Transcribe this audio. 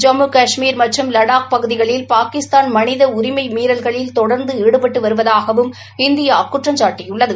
ஜம்மு கஷ்மீர் மற்றும் லடாக் பகுதிகளில் பாகிஸ்தான் தொடர்ந்து மனித உரிமை மீறல்களில் தொடர்ந்து ஈடுபட்டு வருவதாகவும் இந்தியா குற்றம்சாட்டியுள்ளது